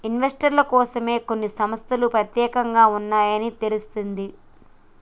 ఇన్వెస్టర్ల కోసమే కొన్ని సంస్తలు పెత్యేకంగా ఉన్నాయని తెలిసింది